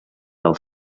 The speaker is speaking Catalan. del